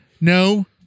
No